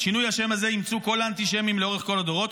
את שינוי השם הזה אימצו כל האנטישמים לאורך כל הדורות,